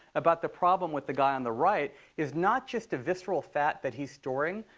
about the problem with the guy on the right is not just visceral fat that he's storing.